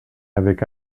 avec